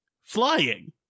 flying